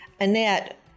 Annette